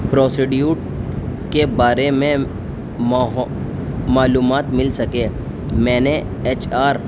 procedure کے بارے میں مح معلومات مل سکے میں نے ایچ آر